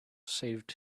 saved